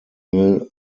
mill